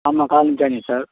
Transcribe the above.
ஆமாம் காளான் பிரியாணி சார்